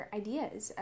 ideas